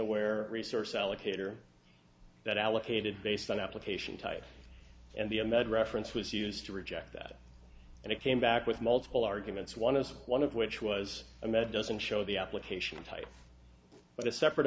aware resource allocator that allocated based on application type and the a med reference was used to reject that and it came back with multiple arguments one of one of which was a med doesn't show the application type but a separate